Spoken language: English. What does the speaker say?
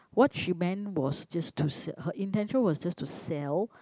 what she meant was just to se~ her intention was just to sell